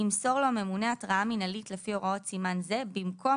ימסור לו הממונה התראה מינהלית לפי הוראות סימן זה במקום